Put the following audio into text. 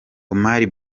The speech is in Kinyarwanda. omar